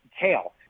tail